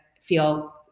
feel